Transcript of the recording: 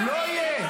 לא יהיו.